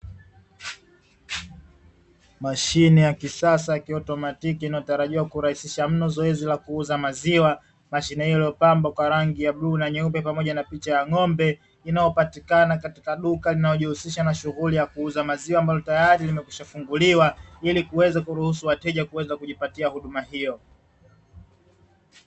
Mashine ya kisasa ya kiautomatiki, inayotarajiwa kurahisisha mno zoezi la kuuza maziwa, mashine hii iliyopambwa kwa rangi ya bluu na nyeupe pamoja na picha ya ng'ombe, inayopatikana katika duka linalojihusisha na shughuli ya kuuza maziwa, ambalo tayari limekwisha kufunguliwa, ili kuweza kuruhusu wateja kujipatia huduma hiyo.